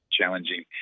challenging